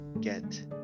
get